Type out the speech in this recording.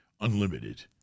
unlimited